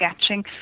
sketching